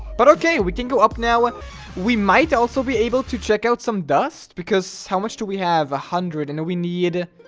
but okay. we can go up now we might also be able to check out some dust because how much do we have a hundred and we need?